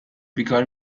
بیکار